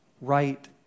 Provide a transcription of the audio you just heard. right